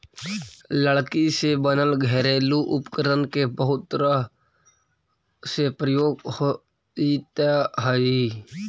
लकड़ी से बनल घरेलू उपकरण के बहुत तरह से प्रयोग होइत हइ